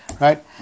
right